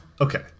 Okay